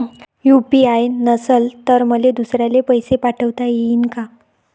UPI नसल तर मले दुसऱ्याले पैसे पाठोता येईन का?